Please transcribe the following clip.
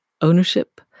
ownership